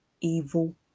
evil